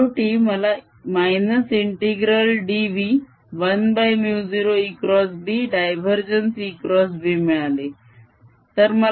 आणि शेवटी मला ∫dv1μ0ExB डायवरजेन्स ExB मिळाले